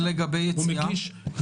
זה לגבי כניסה.